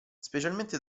specialmente